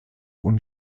und